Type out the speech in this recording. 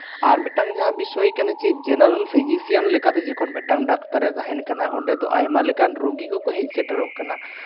ᱟᱨ ᱢᱤᱫᱴᱟᱱ ᱵᱤᱥᱚᱭ ᱠᱟᱱᱟ ᱡᱮ ᱡᱚᱠᱷᱚᱱ ᱡᱮᱱᱟᱨᱮᱞ ᱯᱷᱤᱡᱤᱥᱤᱭᱟᱱ ᱞᱮᱠᱟᱛᱮ ᱡᱚᱠᱷᱚᱱ ᱢᱤᱫᱴᱟᱱ ᱰᱟᱠᱛᱟᱨᱮ ᱛᱟᱦᱮᱱ ᱠᱟᱱᱟ ᱚᱸᱰᱮ ᱫᱚ ᱟᱭᱢᱟ ᱞᱮᱠᱟ ᱨᱩᱜᱤ ᱠᱚᱠᱚ ᱦᱮᱡ ᱥᱮᱴᱮᱨᱚᱜ ᱠᱟᱱᱟ